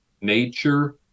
nature